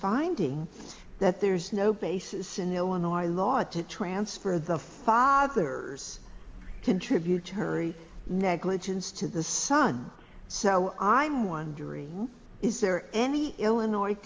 finding that there is no basis in illinois law to transfer the father's contribute to hurry negligence to the son so i'm wondering is there any illinois